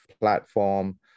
platform